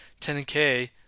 10k